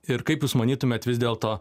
ir kaip jūs manytumėt vis dėlto